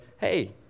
hey